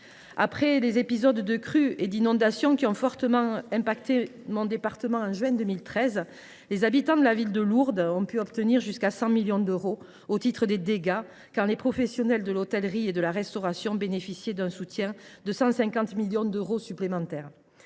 Après les épisodes de crues et d’inondations qui ont gravement touché le département des Hautes Pyrénées au mois de juin 2013, les habitants de la ville de Lourdes ont ainsi pu obtenir 100 millions d’euros au titre des dégâts, quand les professionnels de l’hôtellerie et de la restauration bénéficiaient d’un soutien de 150 millions d’euros supplémentaires.